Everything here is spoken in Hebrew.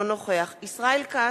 אינו נוכח ישראל כץ,